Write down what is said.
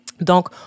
Donc